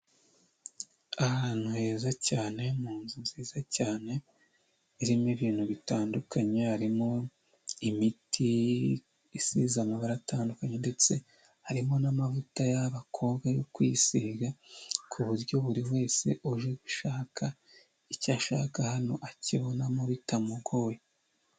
Ahantu heza cyane mu nzu nziza cyane irimo ibintu bitandukanye, harimo imiti isize amabara atandukanye ndetse harimo n'amavuta y'abakobwa yo kwisiga, ku buryo buri wese uje gushaka icyo ashaka hano akibonamo bitamugoye.